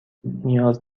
نیاز